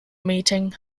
meeting